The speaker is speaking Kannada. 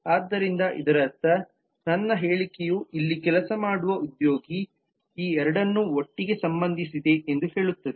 ಆದ್ದರಿಂದ ಇದರರ್ಥ ನನ್ನ ಹೇಳಿಕೆಯು ಇಲ್ಲಿ ಕೆಲಸ ಮಾಡುವ ಉದ್ಯೋಗಿ ಈ ಎರಡನ್ನು ಒಟ್ಟಿಗೆ ಸಂಬಂಧಿಸಿದೆ ಎಂದು ಹೇಳುತ್ತದೆ